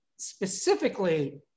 specifically